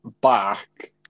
back